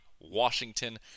Washington